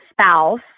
spouse